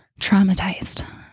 traumatized